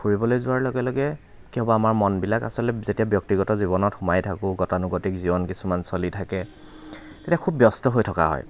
ফুৰিবলৈ যোৱাৰ লগে লগে কি হ'ব আমাৰ মনবিলাক আচলতে যেতিয়া ব্যক্তিগত জীৱনত সোমাই থাকোঁ গতানুগতিক জীৱন কিছুমান চলি থাকে তেতিয়া খুব ব্যস্ত হৈ থকা হয়